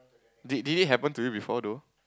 did did it happen to you before though